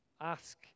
ask